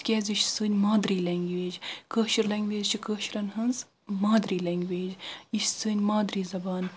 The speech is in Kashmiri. تہِ کیاز یہِ چھِ سٲۍ مادری لنگویج کٲشِر لنگویج چھ کٲشرٮ۪ن ہنٛز مادری لنگویج یہِ چھ سٲنۍ مادری زبان